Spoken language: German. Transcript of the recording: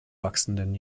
wachsenden